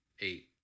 eight